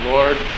Lord